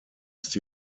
ist